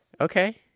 Okay